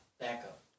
backup